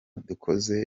dukoze